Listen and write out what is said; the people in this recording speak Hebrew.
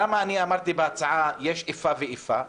למה אני אמרתי בהצעה שיש איפה ואיפה?